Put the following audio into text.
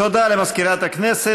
תודה למזכירת הכנסת.